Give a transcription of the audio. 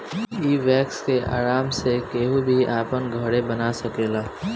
इ वैक्स के आराम से केहू भी अपना घरे बना सकेला